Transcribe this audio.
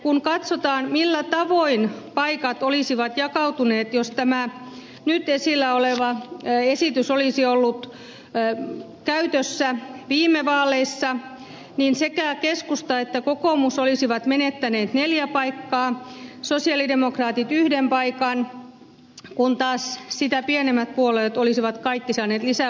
kun katsotaan millä tavoin paikat olisivat jakautuneet jos nyt esillä oleva esitys olisi ollut käytössä viime vaaleissa niin sekä keskusta että kokoomus olisivat menettäneet neljä paikkaa sosialidemokraatit yhden paikan kun taas sitä pienemmät puolueet olisivat kaikki saaneet lisäpaikkoja